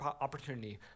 opportunity